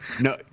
No